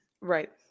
Right